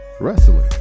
Wrestling